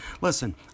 Listen